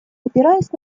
опираясь